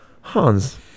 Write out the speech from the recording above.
Hans